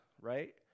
right